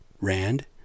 Rand